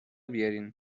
بیارین